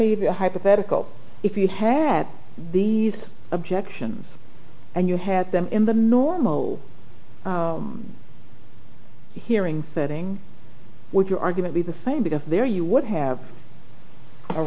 a hypothetical if you had these objections and you had them in the normal hearing fitting with your argument be the same because there you would have a